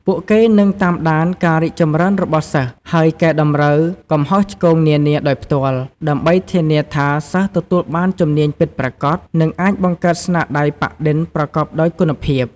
នេះជាវិធីសាស្ត្រដ៏មានប្រសិទ្ធភាពក្នុងការផ្ទេរចំណេះដឹង និងជំនាញពីជំនាន់មួយទៅជំនាន់មួយ។